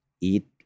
eat